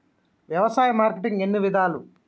వ్యవసాయ మార్కెటింగ్ ఎన్ని విధాలు?